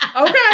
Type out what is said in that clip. Okay